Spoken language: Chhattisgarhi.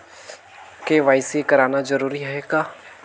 के.वाई.सी कराना जरूरी है का?